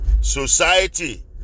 Society